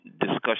discussion